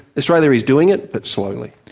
australia is doing it, but slowly.